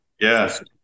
Yes